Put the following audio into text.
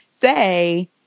say